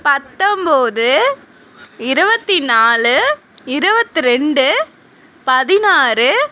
பத்தொம்பது இருபத்தி நாலு இருவத்தி ரெண்டு பதினாறு